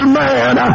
man